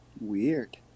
Weird